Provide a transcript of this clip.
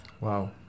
Wow